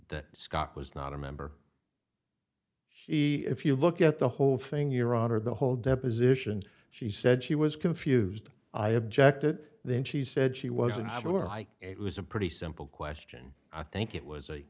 that scott was not a member he if you look at the whole thing your honor the whole deposition she said she was confused i objected then she said she wasn't sure why it was a pretty simple question i think it was a